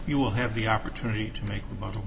you will have the opportunity to make a model